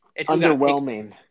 Underwhelming